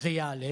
זה יעלה?